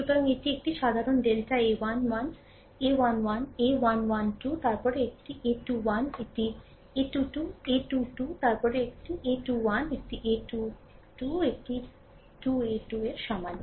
সুতরাং এটি একটি সাধারণ ডেল্টা a1 1 a1 1 a1 1 2 তারপরে একটি a21 একটি a2 2 a2 2 তারপরে একটি a2 1 একটি a2 2 একটি 2a 2 এর সমান